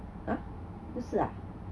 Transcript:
uh 不是啊